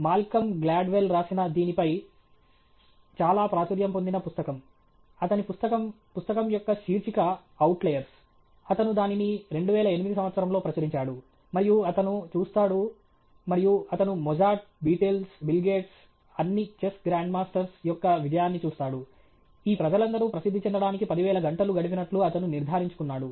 Malcolm Gladwell రాసిన దీనిపై చాలా ప్రాచుర్యం పొందిన పుస్తకం అతని పుస్తకం పుస్తకం యొక్క శీర్షిక 'అవుట్లయర్స్' అతను దానిని 2008 సంవత్సరంలో ప్రచురించాడు మరియు అతను చూస్తాడు మరియు అతను మొజార్ట్ బీటిల్స్ బిల్ గేట్స్ అన్ని చెస్ గ్రాండ్ మాస్టర్స్ యొక్క విజయాన్ని చూస్తాడు ఈ ప్రజలందరూ ప్రసిద్ధి చెందడానికి 10000 గంటలు గడిపినట్లు అతను నిర్ధారించుకున్నాడు